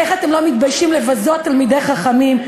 איך אתם לא מתביישים לבזות תלמידי חכמים?